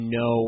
no